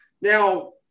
Now